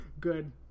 good